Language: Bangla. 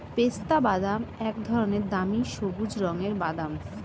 পেস্তাবাদাম এক ধরনের দামি সবুজ রঙের বাদাম